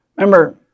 Remember